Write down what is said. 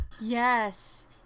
Yes